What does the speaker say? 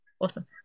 Awesome